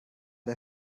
der